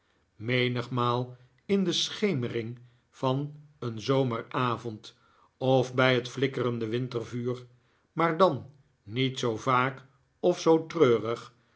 menigmaal in de schemering van een zomeravond of bij het flikkerende wintervuur maar dan niet zoo vaak of zoo treurig